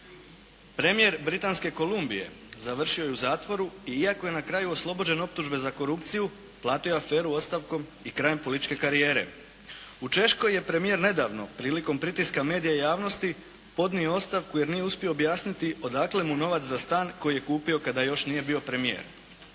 Premijer britanske Kolumbije završio je u zatvoru iako je na kraju oslobođen optužbe za korupciju, platio je aferu ostavkom i krajem političke karijere. U Češkoj je premijer nedavno prilikom pritiska medija i javnosti podnio ostavku jer nije uspio objasniti odakle mu novac za stan koji je kupio kada još nije bio premijer.